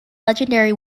legendary